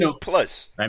Plus